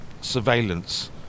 surveillance